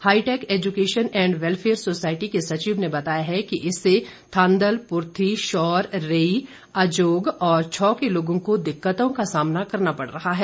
hi tech education and welfare society के सचिव ने बताया है कि इससे थांदल पूर्थी शौर रेई अजोग और छौ के लोगों को दिक्कतों का सामना करना पड़ रहा है